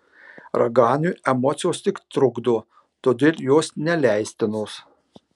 raganiui emocijos tik trukdo todėl jos neleistinos